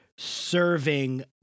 serving